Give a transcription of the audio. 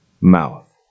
mouth